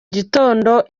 gitondo